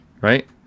right